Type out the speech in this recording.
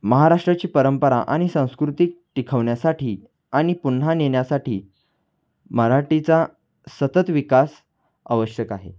महाराष्ट्राची परंपरा आणि सांस्कृतिक टिकवण्यासाठी आणि पुन्हा नेण्यासाठी मराठीचा सतत विकास आवश्यक आहे